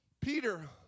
Peter